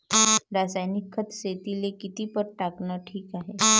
रासायनिक खत शेतीले किती पट टाकनं ठीक हाये?